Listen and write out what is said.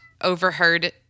overheard